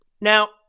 Now